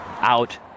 out